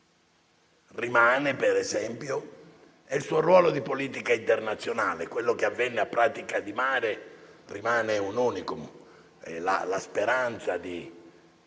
rimane, per esempio, è il suo ruolo in politica internazionale. Quello che avvenne a Pratica di mare rimane un *unicum*: la speranza che